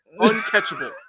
uncatchable